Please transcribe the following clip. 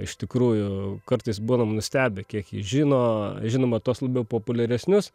iš tikrųjų kartais būnam nustebę kiek jie žino žinoma tuos labiau populiaresnius